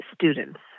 students